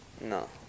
No